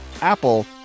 Apple